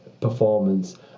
performance